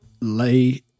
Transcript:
lay